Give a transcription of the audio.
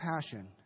passion